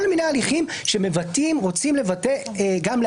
כל מיני הליכים שרוצים גם להקשות,